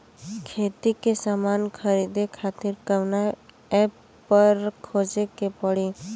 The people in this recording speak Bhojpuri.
खेती के समान खरीदे खातिर कवना ऐपपर खोजे के पड़ी?